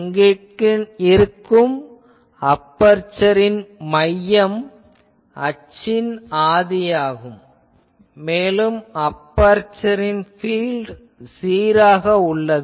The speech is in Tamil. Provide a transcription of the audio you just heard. அங்கிருக்கும் அபெர்சரின் மையம் அச்சின் ஆதியாகும் மேலும் அபெர்சர் ஃபீல்ட் சீராக உள்ளது